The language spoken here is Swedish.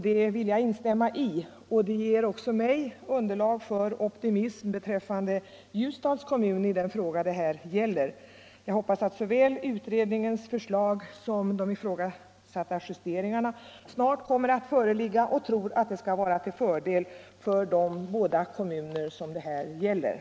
Det vill jag instämma i, och det ger också mig underlag för optimism beträffande Ljusdals kommun i den fråga det här gäller. Jag hoppas att såväl utredningens förslag som de ifrågasatta justeringarna snart kommer att föreligga, och jag tror att de skall vara till fördel för de båda aktuella kommunerna.